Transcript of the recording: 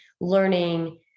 learning